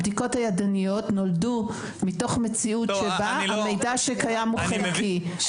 הבדיקות הידניות נולדו מתוך מציאות שבה המידע שקיים הוא חלקי,